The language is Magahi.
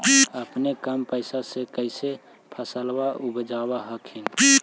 अपने कम पैसा से कैसे फसलबा उपजाब हखिन?